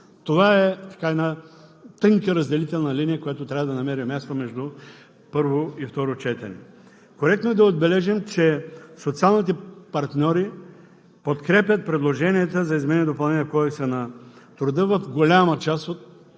Това е една тънка разделителна линия, която трябва да намери място между първо и второ четене. Коректно е да отбележим, че социалните партньори подкрепят предложенията за изменение и допълнение на Кодекса на труда в голяма част от